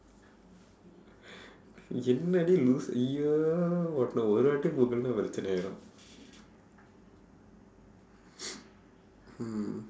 என்ன:enna dey loosu !eeyer! உன்ன ஒரு வாட்டி:unna oru vaatdi